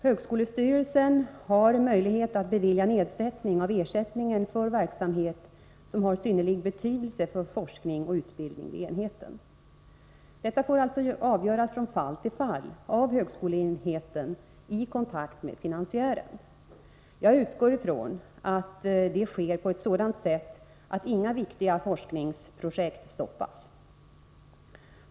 Högskolestyrelsen har möjlighet att bevilja nedsättning av ersättningen för verksamhet som har synnerlig betydelse för forskning och utbildning vid enheten. Detta får alltså avgöras från fall till fall av högskoleenheten i kontakt med finansiären. Jag utgår från att det sker på ett sådant sätt att inte viktiga forskningsprojekt stoppas.